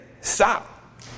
Stop